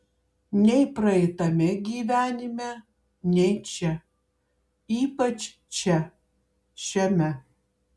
nei praeitame gyvenime nei čia ypač čia šiame